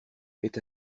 est